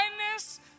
kindness